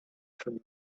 from